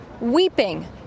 weeping